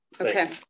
Okay